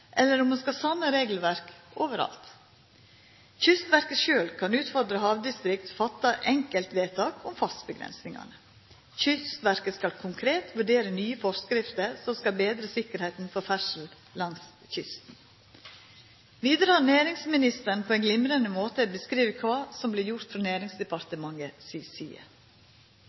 eller om ein skal ha same regelverk overalt. Kystverket sjølv kan utanfor hamnedistriktet fatta enkeltvedtak om fartsgrensene. Kystverket skal konkret vurdera nye forskrifter som kan betra sikkerheita for ferdsla langs kysten. Vidare har næringsministeren på ein glimrande måte beskrive kva som vert gjort frå Næringsdepartementet si side.